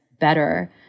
better